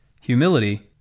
humility